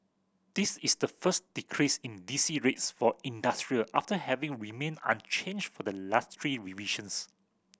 this is the first decrease in D C rates for industrial after having remained unchanged for the last three revisions